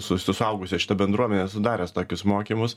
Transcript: su su suaugusia šita bendruomene esu daręs tokius mokymus